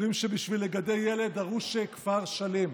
אומרים שבשביל לגדל ילד דרוש כפר שלם.